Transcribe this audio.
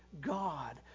God